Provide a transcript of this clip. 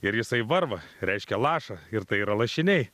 ir jisai varva reiškia laša ir tai yra lašiniai